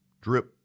drip